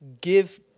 give